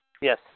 Yes